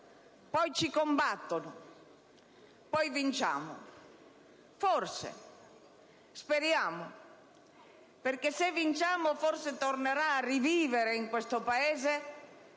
poi ci combattono, poi vinciamo». Forse, speriamo: perché se vinciamo, forse tornerà a rivivere in questo Paese